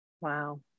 Wow